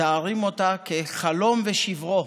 מתארים אותה כחלום ושברו.